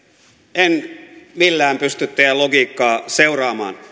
en millään pysty teidän logiikkaanne seuraamaan